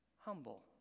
Humble